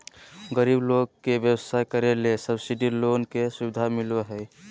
गरीब लोग के व्यवसाय करे ले सब्सिडी लोन के सुविधा मिलो हय